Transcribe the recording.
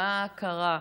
מה קרה?